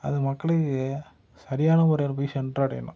அது மக்களுக்கு சரியான முறையில் போய் சென்றடையணும்